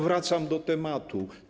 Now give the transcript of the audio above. Wracam do tematu.